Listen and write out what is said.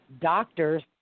doctors